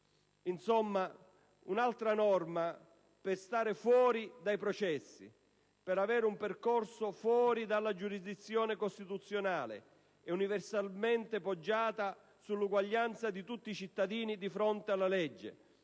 insomma, un'altra norma per stare fuori dai processi per avere un percorso fuori dalla giurisdizione costituzionale e universalmente poggiata sull'uguaglianza di tutti i cittadini di fronte alla legge,